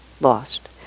lost